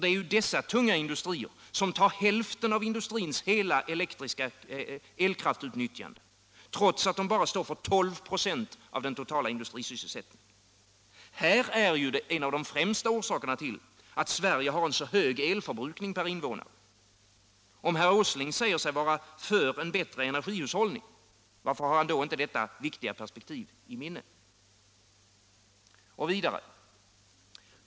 Det är ju dessa tunga industrier som tar hälften av industrins hela elutnyttjande, trots att de bara svarar för 12 96 av den totala industrisysselsättningen. Häri ligger en av de främsta orsakerna till att Sverige har en så hög elförbrukning per invånare. Om herr Åsling säger sig vara för en bättre energihushållning, varför har han då inte detta viktiga perspektiv i minnet?